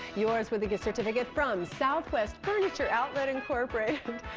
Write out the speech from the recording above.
yours with a gift certificate from southwest furniture outlet incorporated.